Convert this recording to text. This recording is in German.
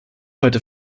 heute